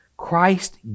Christ